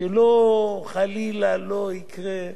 שחלילה, לא יקרה,